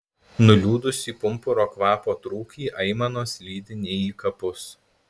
nuliūdusį pumpuro kvapo trūkį aimanos lydi ne į kapus